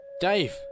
Dave